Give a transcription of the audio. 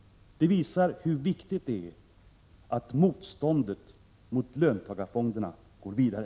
Det visar hur viktigt det är att motståndet mot löntagarfonderna går vidare.